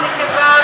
בנקבה,